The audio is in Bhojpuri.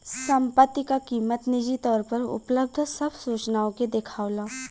संपत्ति क कीमत निजी तौर पर उपलब्ध सब सूचनाओं के देखावला